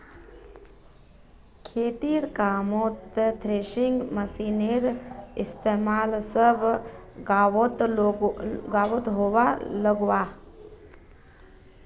खेतिर कामोत थ्रेसिंग मशिनेर इस्तेमाल सब गाओंत होवा लग्याहा